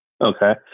Okay